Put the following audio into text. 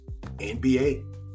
NBA